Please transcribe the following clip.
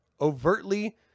Overtly